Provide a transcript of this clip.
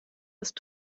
ist